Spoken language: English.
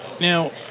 now